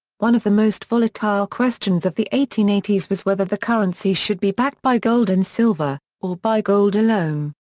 one of the most volatile questions of the eighteen eighty s was whether the currency should be backed by gold and silver, or by gold alone.